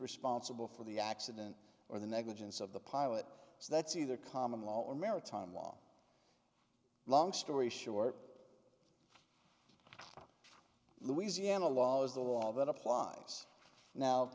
responsible for the accident or the negligence of the pilot that's either common law or maritime law long story short louisiana law is the law that applies now